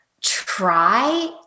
try